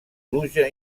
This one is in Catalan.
pluja